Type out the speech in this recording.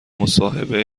مصاحبه